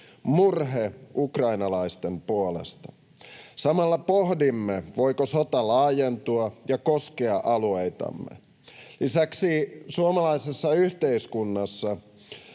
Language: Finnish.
murhe ukrainalaisten puolesta. Samalla pohdimme, voiko sota laajentua ja koskea alueitamme. Lisäksi suomalaisessa yhteiskunnassa